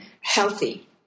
healthy